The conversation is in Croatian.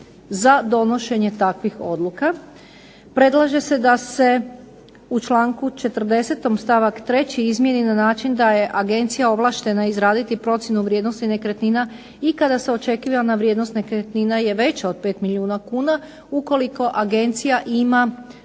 za donošenje takvih odluka. Predlaže se da se u članku 40. stavak 3. izmijeni na način da je Agencija ovlaštena izraditi procjenu vrijednosti nekretnina i kada je očekivana vrijednost nekretnine je veća od 5 milijuna kuna ukoliko Agencija ima